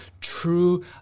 true